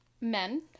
men